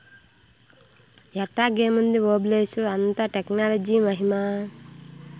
ఎట్టాగేముంది ఓబులేషు, అంతా టెక్నాలజీ మహిమా